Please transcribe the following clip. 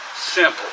simple